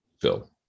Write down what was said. Phil